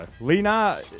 Lena